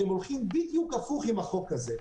אתם הולכים בדיוק הפוך עם החוק הזה.